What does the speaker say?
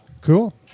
Cool